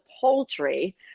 poultry